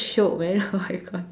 shiok man like on aircon